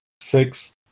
six